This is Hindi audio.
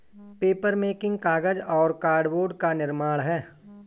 पेपरमेकिंग कागज और कार्डबोर्ड का निर्माण है